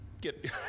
get